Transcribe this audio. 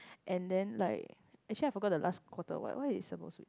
and then like actually I forgot the last quarter what what it's supposed to be